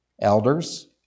Elders